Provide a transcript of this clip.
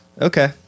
Okay